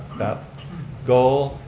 that goal,